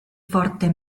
forte